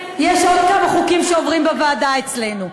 יש עוד כמה חוקים שעוברים בוועדה אצלנו.